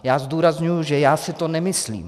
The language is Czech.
Já zdůrazňuji, že já si to nemyslím.